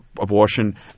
abortion